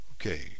Okay